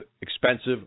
expensive